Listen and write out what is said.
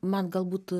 man galbūt